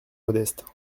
modeste